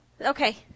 Okay